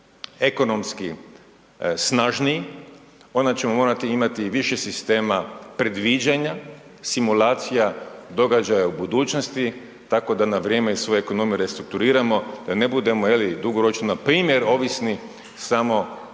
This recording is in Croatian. ekonomski snažniji onda ćemo morati imati više sistema predviđanja simulacija događaja u budućnosti, tako da na vrijeme svoje ekonomije restrukturiramo da ne budemo dugoročno npr. ovisni samo